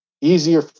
easier